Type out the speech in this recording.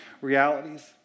realities